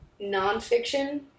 nonfiction